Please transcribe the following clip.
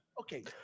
okay